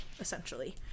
essentially